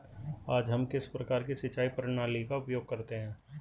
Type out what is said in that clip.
आज हम किस प्रकार की सिंचाई प्रणाली का उपयोग करते हैं?